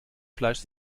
fleisch